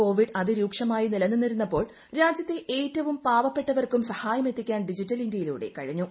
Covid അതിരൂക്ഷമായി നിലനിന്നിരുന്നപ്പോൾ രാജ്യത്തെ ഏറ്റവും പാവപ്പെട്ടവർക്കും സഹായമെത്തിക്കാൻ ഡിജിറ്റൽ ഇന്ത്യയിലൂടെ കഴിഞ്ഞു